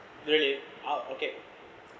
really ah okay